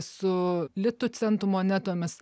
su litų centų monetomis